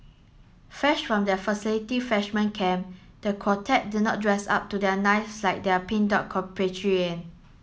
fresh from their facility freshman camp the quartet did not dress up to their nines like their Pink Dot compatriot